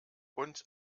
und